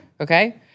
Okay